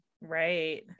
Right